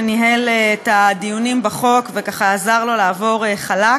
שניהל את הדיונים בחוק וככה עזר לו לעבור חלק,